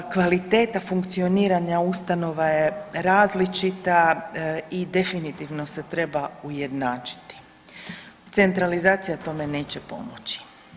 Kvaliteta funkcioniranja ustanova je različita i definitivno se treba ujednačiti, decentralizacija tome neće pomoći.